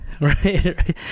Right